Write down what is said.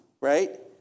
Right